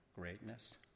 greatness